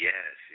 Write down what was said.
Yes